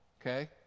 okay